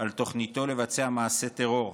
על תוכניתו לבצע מעשה טרור,